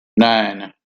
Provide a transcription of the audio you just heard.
nine